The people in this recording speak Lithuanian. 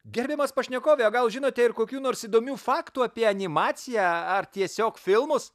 gerbiamas pašnekove o gal žinote ir kokių nors įdomių faktų apie animaciją ar tiesiog filmus